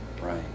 Right